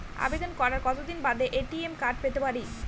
আবেদন করার কতদিন বাদে এ.টি.এম কার্ড পেতে পারি?